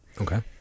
okay